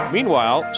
Meanwhile